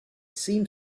seemed